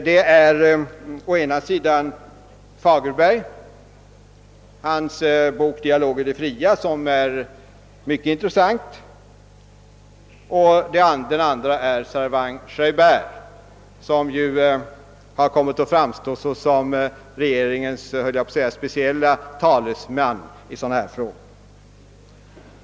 Den ene är Fagerberg, vars bok »Dialog i det fria» är mycket intressant, och den andre är Servan-Schreiber, som har kommit att framstå som regeringens specielle talesman i sådana frågor.